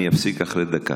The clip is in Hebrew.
אני אפסיק אחרי דקה.